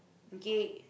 okay